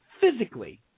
physically